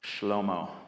Shlomo